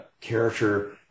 character